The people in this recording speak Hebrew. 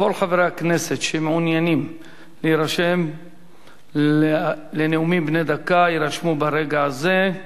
כל חברי הכנסת שמעוניינים להירשם לנאומים בני דקה יירשמו ברגע הזה.